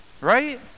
Right